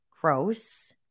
gross